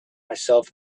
myself